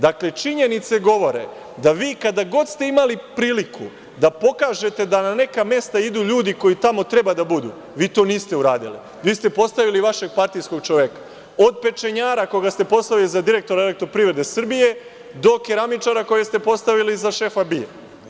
Dakle, činjenice govore da vi kada god ste imali priliku da pokažete da na neka mesta idu ljudi koji tamo treba da budu, vi to niste uradili, vi ste postavili vašeg partijskog čoveka, od pečenjara koga ste poslali za direktora EPS, do keramičara kojeg ste postavili za šefa BIA.